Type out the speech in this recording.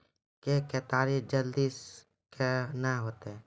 के केताड़ी जल्दी से के ना होते?